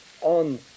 on